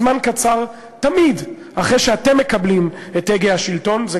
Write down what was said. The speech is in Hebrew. זמן קצר אחרי שאתם מקבלים את הגה השלטון,